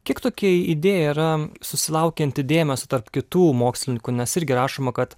kiek tokia idėja yra susilaukianti dėmesio tarp kitų mokslininkų nes irgi rašoma kad